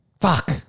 Fuck